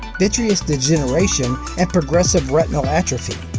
vitreous degeneration, and progressive retinal atrophy,